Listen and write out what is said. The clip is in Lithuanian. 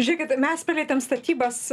žiūrėkit mes palietėm statybas